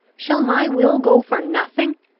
shall my will go for nothing?